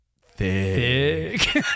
Thick